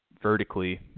vertically